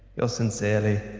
yours sincerely,